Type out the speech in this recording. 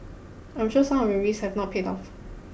I'm sure some of your risks have not paid off